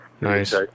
Nice